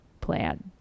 plan